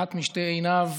אחת משתי עיניו,